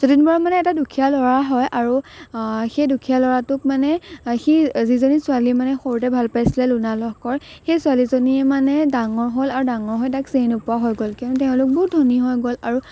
যতীন বৰা মানে এটা দুখীয়া ল'ৰা হয় আৰু সেই দুখীয়া ল'ৰাটোক মানে সি যিজনী ছোৱালী মানে সৰুতে ভাল পাইছিলে লোনা লহকৰ সেই ছোৱালীজনীয়ে মানে ডাঙৰ হ'ল আৰু ডাঙৰ হৈ তাক চিনি নোপোৱা হৈ গ'ল কিয়নো তেওঁলোক বহুত ধনী হৈ গ'ল আৰু